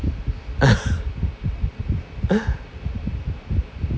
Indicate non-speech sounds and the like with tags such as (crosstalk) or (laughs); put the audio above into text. (laughs)